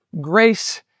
Grace